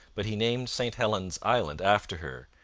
but he named st helen's island after her,